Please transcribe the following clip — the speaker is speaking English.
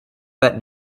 but